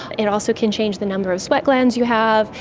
it also can change the number of sweat glands you have,